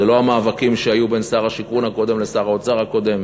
זה לא המאבקים שהיו בין שר השיכון הקודם לשר האוצר הקודם,